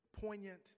poignant